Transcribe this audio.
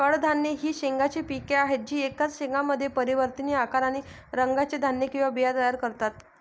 कडधान्ये ही शेंगांची पिके आहेत जी एकाच शेंगामध्ये परिवर्तनीय आकार आणि रंगाचे धान्य किंवा बिया तयार करतात